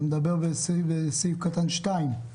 אתה מדבר על סעיף קטן (2).